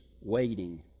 waiting